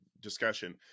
discussion